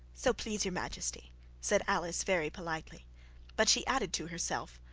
so please your majesty said alice very politely but she added, to herself,